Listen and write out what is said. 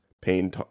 pain